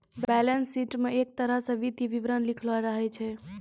balance sheet म एक तरह स वित्तीय विवरण लिखलो रहै छै